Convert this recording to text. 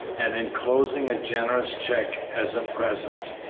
and enclosing a generous check as a present.